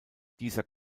dieser